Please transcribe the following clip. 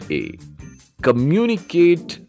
Communicate